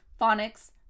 phonics